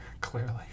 Clearly